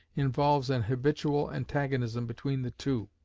involves an habitual antagonism between the two.